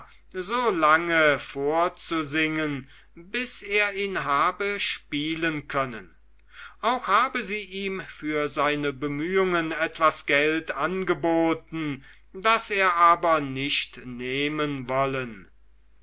so lange vorzusingen bis er ihn habe spielen können auch habe sie ihm für seine bemühungen etwas geld angeboten das er aber nicht nehmen wollen